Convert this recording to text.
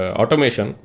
automation